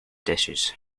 dishes